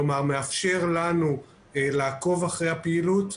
כלומר הוא מאפשר לנו לעקוב אחרי הפעילות,